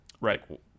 right